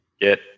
get